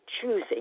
choosing